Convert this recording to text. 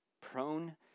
Prone